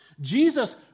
Jesus